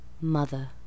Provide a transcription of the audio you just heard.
Mother